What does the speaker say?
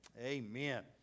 Amen